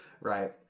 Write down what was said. right